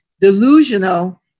delusional